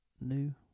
new